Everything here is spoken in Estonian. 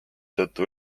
tõttu